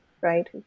right